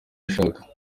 ashaka